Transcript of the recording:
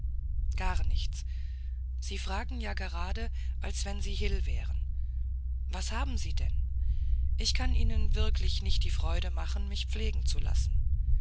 gar nichts sie fragen ja gerade als wenn sie hil wären was haben sie denn ich kann ihnen wirklich nicht die freude machen mich pflegen zu lassen